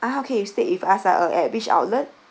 ah okay you stayed with us ah uh at which outlet